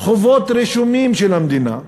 חובות רשומים של המדינה,